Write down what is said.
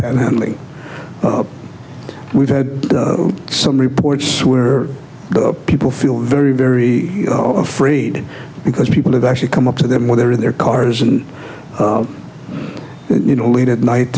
panhandling we've had some reports where the people feel very very afraid because people have actually come up to them when they're in their cars and you know late at night